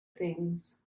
things